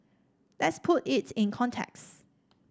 let's put it in context